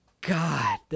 God